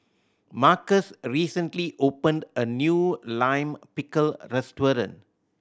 Marcus recently opened a new Lime Pickle restaurant